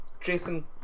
Jason